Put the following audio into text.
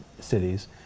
cities